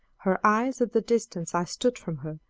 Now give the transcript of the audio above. her eyes, at the distance i stood from her,